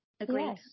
Agreed